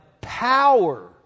power